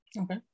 Okay